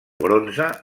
bronze